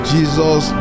Jesus